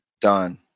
done